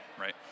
right